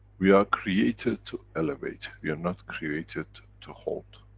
we are created to elevate, we're not created to hold.